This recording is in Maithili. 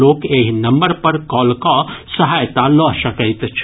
लोक एहि नम्बर पर कॉल कऽ सहायता लऽ सकैत छथि